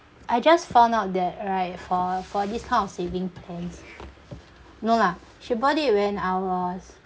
I just found out that right for for this kind of saving plans no lah she bought it when I was